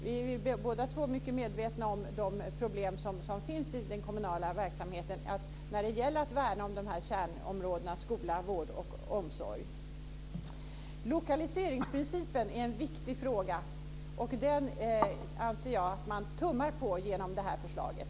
Vi är båda två mycket medvetna om de problem som finns i den kommunala verksamheten när det gäller att värna om de här kärnområdena; skola, vård och omsorg. Lokaliseringsprincipen är också viktig. Den anser jag att man tummar på genom det här förslaget.